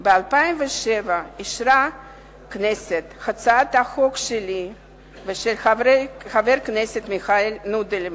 ב-2007 אישרה הכנסת את הצעת החוק שלי ושל חבר הכנסת מיכאל נודלמן,